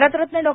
Bharat Ratna Dr